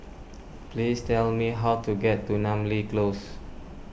please tell me how to get to Namly Close